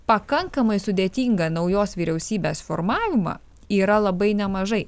pakankamai sudėtingą naujos vyriausybės formavimą yra labai nemažai